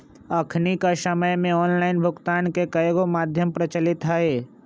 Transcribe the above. अखनिक समय में ऑनलाइन भुगतान के कयगो माध्यम प्रचलित हइ